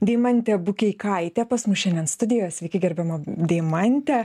deimantė bukeikaitė pas mus šiandien studijoj sveiki gerbiama deimante